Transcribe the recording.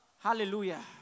Hallelujah